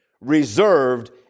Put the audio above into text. reserved